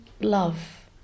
love